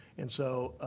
and so